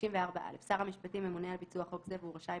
"ביצוע ותקנות 54.(א)שר המשפטים ממונה על ביצוע חוק זה והוא רשאי,